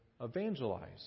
evangelize